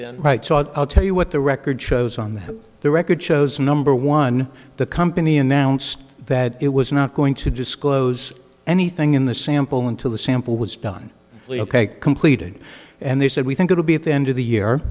been right so i'll tell you what the record shows on that the record shows number one the company announced that it was not going to disclose anything in the sample until the sample was done completed and they said we think it will be at the end of the year